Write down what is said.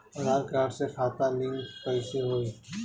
आधार card से खाता link कईसे होई?